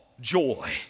joy